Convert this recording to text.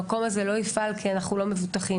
המקום הזה לא יפעל כי אנחנו לא מבוטחים.